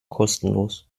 kostenlos